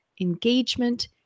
engagement